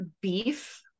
Beef